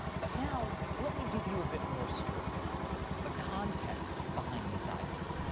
but now let me give you a bit more story the context behind these items.